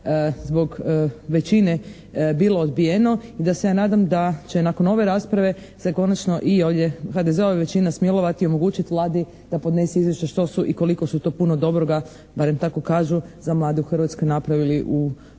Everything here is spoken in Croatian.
zbog većine bilo odbijeno i da se ja nadam da će nakon ove rasprave se konačno i ovdje HDZ-ova većina smilovati i omogućiti Vlade da podnese izvješće što su i koliko su to puno dobroga barem tako kažu, za mlade u Hrvatskoj napravili u ovom